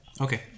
Okay